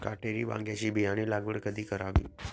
काटेरी वांग्याची बियाणे लागवड कधी करावी?